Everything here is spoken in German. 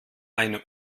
eine